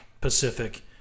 Pacific